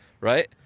Right